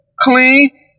clean